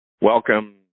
welcome